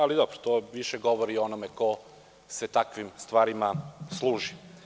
Ali dobro, to više govori o onome ko se takvim stvarima služi.